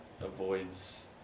avoids